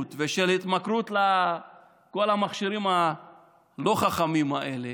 ושל התמכרות לכל המכשירים הלא-חכמים האלה,